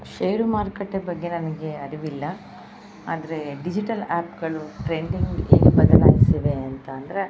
ಷೇರು ಮಾರುಕಟ್ಟೆ ಬಗ್ಗೆ ನನಗೆ ಅರಿವಿಲ್ಲ ಆದರೆ ಡಿಜಿಟಲ್ ಆ್ಯಪ್ಗಳು ಟ್ರೆಂಡಿಂಗ್ ಏನು ಬದಲಾಯಿಸಿವೆ ಅಂತಂದರೆ